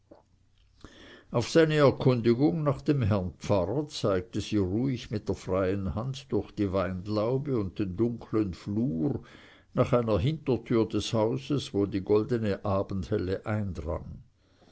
auf seine erkundigung nach dem herrn pfarrer zeigte sie ruhig mit der freien hand durch die weinlaube und den dunkeln flur nach einer hintertür des hauses wo die goldene abendhelle eindrang